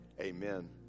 Amen